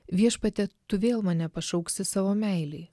viešpatie tu vėl mane pašauksi savo meilei